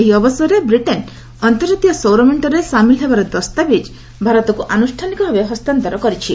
ଏହି ଅବସରରେ ବ୍ରିଟେନ୍ ଅନ୍ତର୍ଜାତୀୟ ସୌର ମେଣ୍ଟରେ ସାମିଲ୍ ହେବାର ଦସ୍ତାବିଜ୍ ଭାରତକୁ ଆନୁଷ୍ଠାନିକ ଭାବେ ହସ୍ତାନ୍ତର କରିଛି